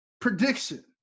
prediction